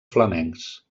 flamencs